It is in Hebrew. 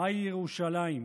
מהי ירושלים?